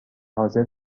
حاضر